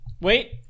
Wait